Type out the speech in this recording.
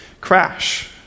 crash